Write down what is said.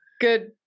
Good